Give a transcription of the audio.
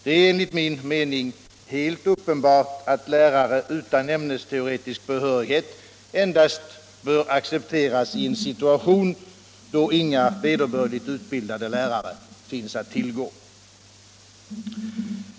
Det är enligt min mening helt uppenbart att lärare utan ämnesteoretisk behörighet endast bör accepteras i en situation då inga vederbörligt utbildade lärare finns att tillgå.